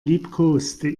liebkoste